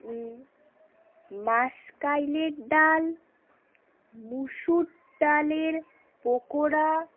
মাষকলাইয়ের ডাল মুসুর ডালের পকোড়া